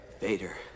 Vader